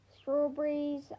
strawberries